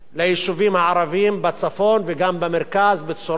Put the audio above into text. ליישובים הערביים בצפון וגם במרכז בצורה